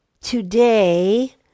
today